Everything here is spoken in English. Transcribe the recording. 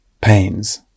pains